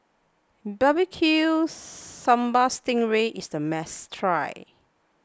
Barbecue Sambal Sting Ray is a must try